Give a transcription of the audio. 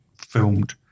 filmed